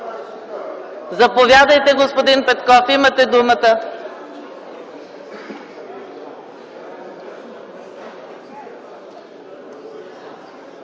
Заповядайте, господин Петков, имате думата.